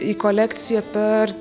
į kolekciją per